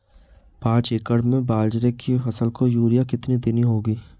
पांच एकड़ में बाजरे की फसल को यूरिया कितनी देनी होगी?